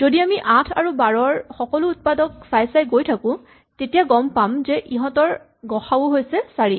যদি আমি ৮ আৰু ১২ ৰ সকলো উৎপাদক চাই চাই গৈ থাকো তেতিয়া গম পাম যে ইহঁতৰ গ সা উ হৈছে ৪